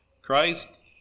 Christ